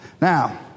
Now